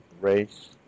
race